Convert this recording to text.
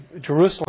Jerusalem